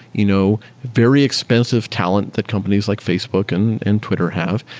you know very expensive talent that companies like facebook and and twitter have,